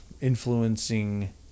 influencing